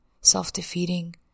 Self-defeating